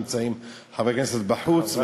חברי הכנסת נמצאים בחוץ,